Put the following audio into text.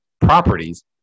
properties